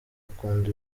akunda